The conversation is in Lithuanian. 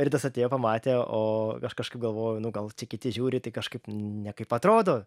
ridas atėjo pamatė o aš kažkaip galvoju nu gal čia kiti žiūri tai kažkaip nekaip atrodo